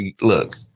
look